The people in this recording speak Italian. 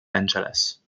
angeles